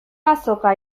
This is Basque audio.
azoka